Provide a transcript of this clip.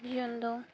ᱡᱤᱭᱚᱱ ᱫᱚ